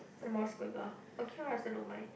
Mos-Burger ah okay lah I also don't mind